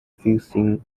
fixing